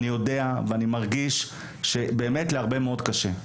אני יודע ואני מרגיש שבאמת להרבה מאוד קשה.